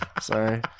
sorry